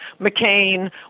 McCain